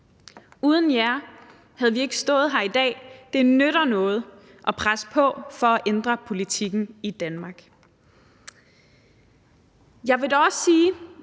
Uden jer havde vi ikke stået her i dag. Det nytter noget at presse på for at ændre politikken i Danmark.